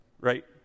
right